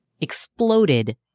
exploded